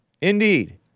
Indeed